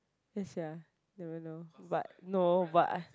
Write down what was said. yes sia never know but no but